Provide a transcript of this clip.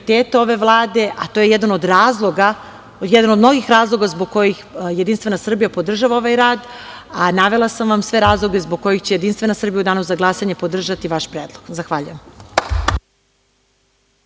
ove Vlade, to je jedan od mnogih razloga zbog kojih jedinstvena Srbija podržava ovaj rad, a navela sam sve razloge zbog kojih će JS u danu za glasanje podržati vaš predlog. Zahvaljujem.